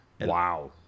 Wow